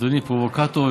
אדוני פרובוקטור?